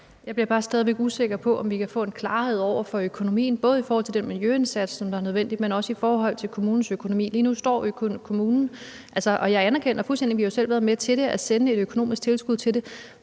Jeg bliver bare stadig væk usikker på, om vi kan få en klarhed over økonomien, både i forhold til den miljøindsats, som er nødvendig, men også i forhold til kommunens økonomi. Og jeg anerkender jo også fuldstændig, at vi selv har været med til at sende et økonomisk tilskud til det,